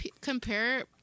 compare